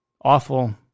awful